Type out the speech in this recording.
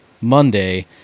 monday